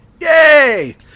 Yay